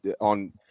on